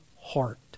heart